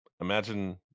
imagine